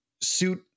suit